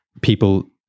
people